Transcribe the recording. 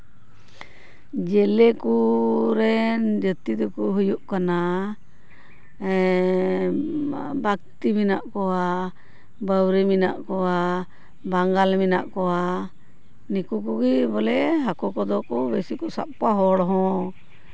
ᱡᱮᱞᱮ ᱠᱚ ᱨᱮᱱ ᱡᱟᱹᱛᱤ ᱫᱚᱠᱚ ᱦᱩᱭᱩᱜ ᱠᱟᱱᱟ ᱵᱟᱜᱽᱫᱤ ᱢᱮᱱᱟᱜ ᱠᱚᱣᱟ ᱵᱟᱹᱣᱨᱤ ᱢᱮᱱᱟᱜ ᱠᱚᱣᱟ ᱵᱟᱝᱜᱟᱞ ᱢᱮᱱᱟᱜ ᱠᱚᱣᱟ ᱱᱤᱠᱩ ᱠᱚᱜᱮ ᱠᱚ ᱵᱚᱞᱮ ᱦᱟᱹᱠᱩ ᱠᱚᱫᱚ ᱠᱚ ᱥᱟᱵ ᱠᱚᱣᱟ ᱦᱚᱲ ᱦᱚᱸ